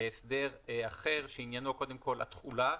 להסדר אחר שעניינו קודם כל התחולה.